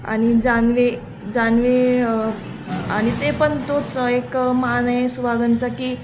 आणि जानवे जानवे आणि ते पण तोच एक मान आहे सुहागनचा की